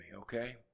okay